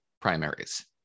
primaries